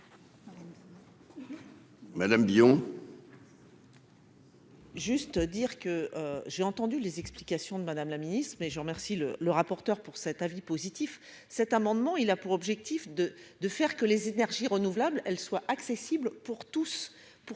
Madame Bio. Juste dire que j'ai entendu les explications de Madame la Ministre, mais je remercie le le rapporteur pour cet avis positif cet amendement, il a pour objectif de de faire que les énergies renouvelables, elle soit accessible pour tous,